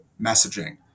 messaging